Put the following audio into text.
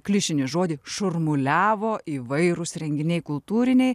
klišinį žodį šurmuliavo įvairūs renginiai kultūriniai